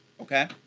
okay